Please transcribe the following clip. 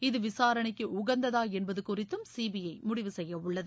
இது விசாரணைக்குஉகந்ததாஎன்பதுகுறித்தும் சிபிஜமுடிவு செய்யவுள்ளது